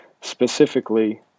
specifically